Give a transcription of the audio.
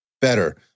better